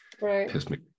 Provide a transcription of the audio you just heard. right